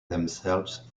themselves